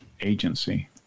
agency